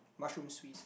mushroom swiss